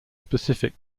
specific